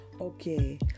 Okay